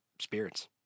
spirits